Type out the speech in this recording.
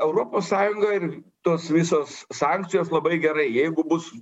europos sąjunga ir tos visos sankcijos labai gerai jeigu bus